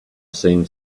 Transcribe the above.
seen